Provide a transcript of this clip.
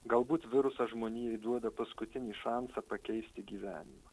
galbūt virusas žmonijai duoda paskutinį šansą pakeisti gyvenimą